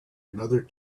another